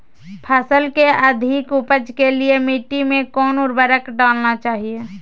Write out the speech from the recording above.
फसल के अधिक उपज के लिए मिट्टी मे कौन उर्वरक डलना चाइए?